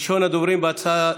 ראשון הדוברים בהצעה